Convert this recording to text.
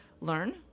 learn